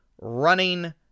running